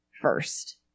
first